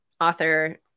author